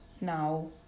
now